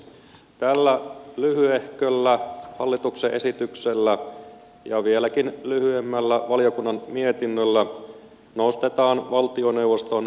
tällä lyhyehköllä hallituksen esityksellä ja vieläkin lyhyemmällä valiokunnan mietinnöllä nostetaan valtioneuvoston lainanottovaltuutta